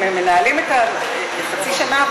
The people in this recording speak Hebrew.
הם מנהלים חצי שנה,